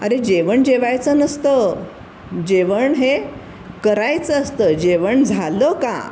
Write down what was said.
अरे जेवण जेवायचं नसतं जेवण हे करायचं असतं जेवण झालं का